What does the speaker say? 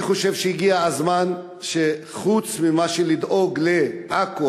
אני חושב שהגיע הזמן שחוץ מלדאוג לעכו